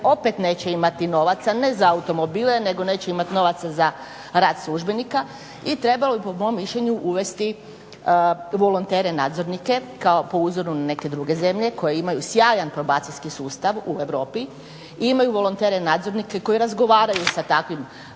opet neće imati novaca, ne za automobile, nego neće imati novaca za rad službenika. I trebalo bi po mom mišljenju uvesti volontere nadzornike kao po uzoru na neke druge zemlje koje imaju sjajan probacijski sustav u Europi i imaju volontere nadzornike koji razgovaraju sa takvim